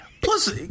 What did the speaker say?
Plus